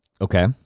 Okay